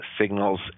signals